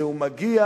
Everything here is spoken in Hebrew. כשהוא מגיע,